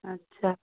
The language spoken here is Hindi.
अच्छा